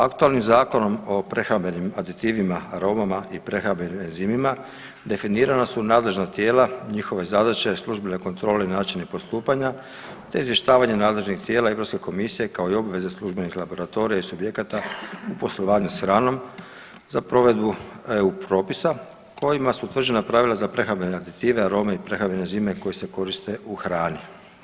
Aktualnim Zakonom o prehrambenim aditivima, aromama i prehrambenim enzimima definirana su nadležna tijela, njihove zadaće, službene kontrole i načini postupanja, te izvještavanje nadležnih tijela Europske komisije, kao i obveze službenih laboratorija i subjekata u poslovanju s hranom za provedbu eu propisa kojima su utvrđena pravila za prehrambene aditive, arome i prehrambene enzime koji se koriste u hrani.